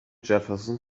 jefferson